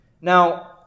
Now